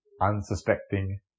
unsuspecting